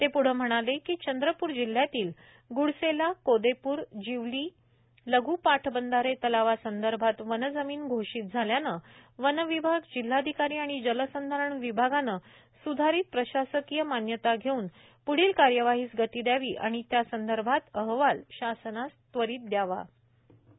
ते प्रढ म्हणाले की चंद्रपूर जिल्ह्यातील गुडसेला कोदेपूर जिवती लघ् पाटबंधारे तलावासंदर्भात वनजमिन घोषित झाल्याने वन विभाग जिल्हाधिकारी आणि जलसंधारण विभागाने सुधारित प्रशासकिय मान्यता घेऊन पूढील कार्यवाहीस गती दयावी आणि त्यासंदर्भातील अहवाल शासनास त्वरीत सादर करावा असही ते यावेळी म्हणाले